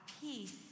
peace